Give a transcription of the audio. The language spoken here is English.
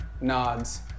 nods